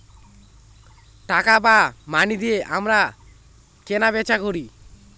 টাকা বা মানি দিয়ে আমরা কেনা বেচা করি